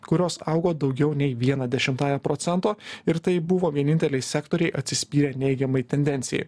kurios augo daugiau nei viena dešimtąja procento ir tai buvo vieninteliai sektoriai atsispyrę neigiamai tendencijai